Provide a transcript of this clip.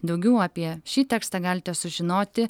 daugiau apie šį tekstą galite sužinoti